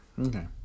Okay